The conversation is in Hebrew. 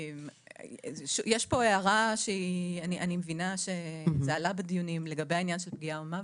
יש פה הערה שעלתה בדיונים לגבי העניין של פגיעה או מוות.